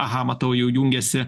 aha matau jau jungiasi